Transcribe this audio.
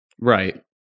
Right